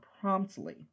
promptly